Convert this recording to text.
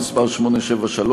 מס' 873,